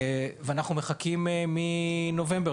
אנחנו מחכים לחתימה מנובמבר,